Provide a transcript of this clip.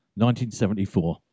1974